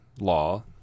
law